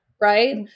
right